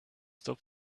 stop